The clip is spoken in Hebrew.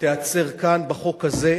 תיעצר כאן, בחוק הזה.